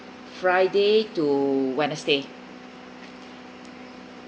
friday to wednesday